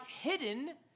hidden